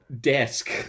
desk